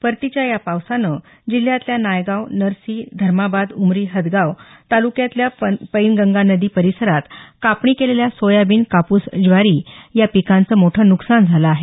परतीच्या या पावसानं जिल्ह्यातल्या नायगाव नरसी धर्माबाद उमरी हदगाव तालुक्यातल्या पैनगंगा नदी परिसरात कापणी केलेल्या सोयाबीन कापूस ज्वारी या पिकांचं मोठं न्कसान झालं आहे